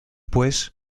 pues